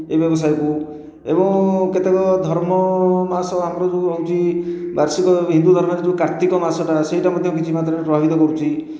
ଏହି ବ୍ୟବସାୟକୁ ଏବଂ କେତେକ ଧର୍ମ ମାସ ଆମର ଯେଉଁ ରହୁଛି ବାର୍ଷିକ ହିନ୍ଦୁ ଧର୍ମରେ ଯେଉଁ କାର୍ତ୍ତିକ ମାସଟା ସେଇଟା ମଧ୍ୟ କିଛି ମାତ୍ରାରେ ପ୍ରଭାବିତ କରୁଛି